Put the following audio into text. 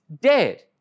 dead